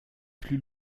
plus